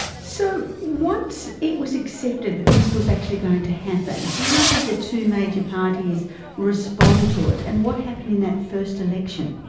so once it was accepted that this was actually going to happen, how did the two major parties respond to it and what happened in that first election?